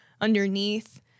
underneath